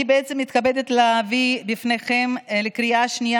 אני בעצם מתכבדת להביא בפניכם לקריאה שנייה